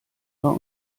war